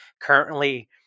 currently